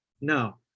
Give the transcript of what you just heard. no